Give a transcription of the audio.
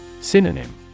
Synonym